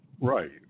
Right